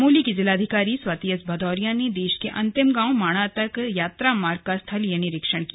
चमोली की जिलाधिकारी स्वाति एस भदौरिया ने देश के अंतिम गांव माणा तक यात्रा मार्ग का स्थलीय निरीक्षण किया